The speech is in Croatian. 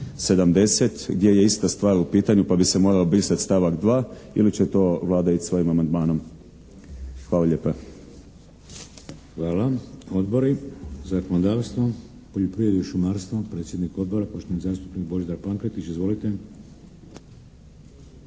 70. gdje je ista stvar u pitanju pa bi se morao brisati stavak 2. ili će to Vlada ići svojim amandmanom. Hvala lijepa. **Šeks, Vladimir (HDZ)** Hvala. Odbori? Za zakonodavstvo? Poljoprivredu i šumarstvo, predsjednik odbora, poštovani zastupnik Božidar Pankretić. Izvolite.